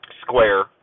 square